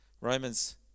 Romans